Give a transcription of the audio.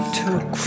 took